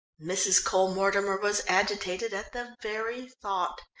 mrs. cole-mortimer was agitated at the very thought.